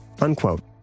unquote